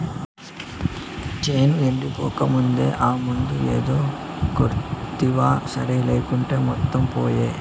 చేను ఎండిపోకముందే ఆ మందు ఏదో కొడ్తివా సరి లేకుంటే మొత్తం పాయే